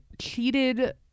cheated